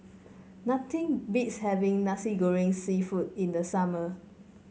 nothing beats having Nasi Goreng seafood in the summer